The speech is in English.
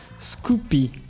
Scoopy